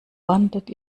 wandert